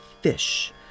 fish